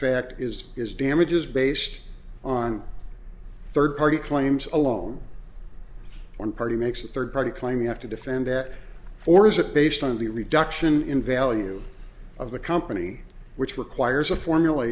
fact is is damages based on third party claims alone one party makes a third party claim you have to defend that or is it based on the reduction in value of the company which requires a formula